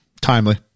timely